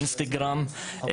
אינסטגרם,